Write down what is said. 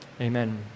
amen